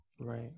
Right